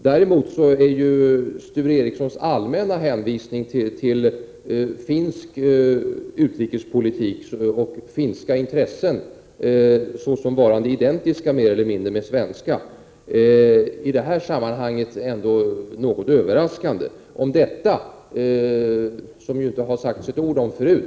Däremot är Sture Ericsons allmänna hänvisning till finsk utrikespolitik och finska intressen, såsom varande mer eller mindre identiska med svenska, i detta sammanhang ändå något överraskande. Det har ju inte sagts ett ord om detta tidigare.